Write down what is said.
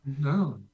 no